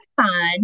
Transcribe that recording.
fun